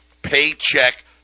paycheck